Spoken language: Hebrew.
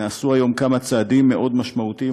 נעשו היום כמה צעדים מאוד משמעותיים,